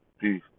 Peace